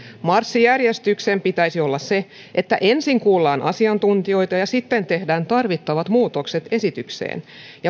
marssijärjestyksen pitäisi olla se että ensin kuullaan asiantuntijoita ja sitten tehdään tarvittavat muutokset esitykseen